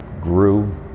grew